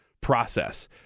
process